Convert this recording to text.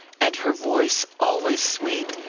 and her voice, always sweet,